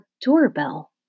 doorbell